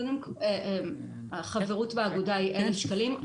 קודם כל, החברות באגודה היא 1,000 שקלים.